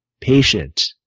patient